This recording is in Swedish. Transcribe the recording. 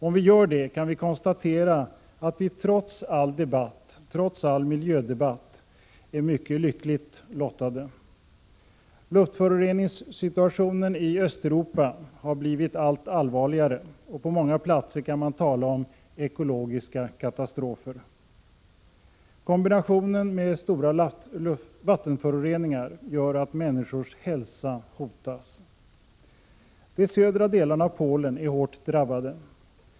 Om vi gör det, kan vi konstatera att vi trots allt som sägs i miljödebatten här är mycket lyckligt lottade. Luftföroreningssituationen i Östeuropa har blivit allt allvarligare, och på många platser kan man tala om ekologiska katastrofer. Kombinationen med stora vattenföroreningar gör att människors hälsa hotas. De södra delarna av Polen är hårt drabbade.